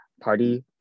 party